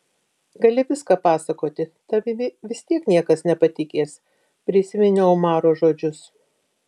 gali viską pasakoti tavimi vis tiek niekas nepatikės prisiminiau omaro žodžius